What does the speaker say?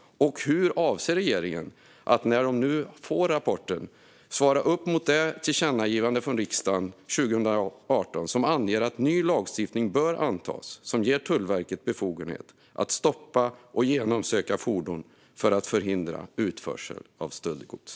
Hur avser regeringen, när den nu får rapporten, att svara upp mot det tillkännagivande från riksdagen 2018 som anger att ny lagstiftning bör antas som ger Tullverket befogenhet att stoppa och genomsöka fordon för att förhindra utförsel av stöldgods?